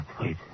Wait